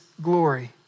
glory